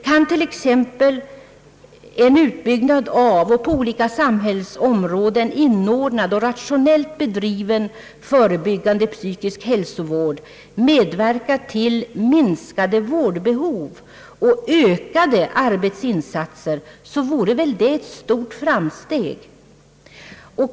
Kunde t.ex. en utbyggnad av en på olika samhällsområden inordnad och rationellt bedriven förebyggande psykisk hälsovård medverka till minskade vårdbehov och ökade arbetsinsatser, vore det väl ett stort framsteg.